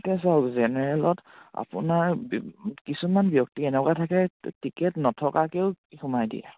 এতিয়া চাওক জেনেৰেলত আপোনাৰ কিছুমান ব্যক্তি এনেকুৱা থাকে টিকেট নথকাকেও সোমাই দিয়ে